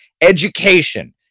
Education